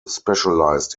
specialized